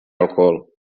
alcohol